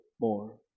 more